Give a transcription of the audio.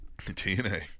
TNA